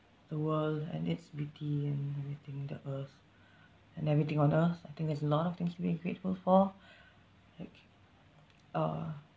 the world and its beauty and everything the earth and everything on earth I think there's a lot of things to be grateful for like uh